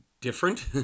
different